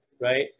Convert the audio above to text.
right